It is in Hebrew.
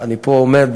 אני פה עומד,